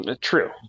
True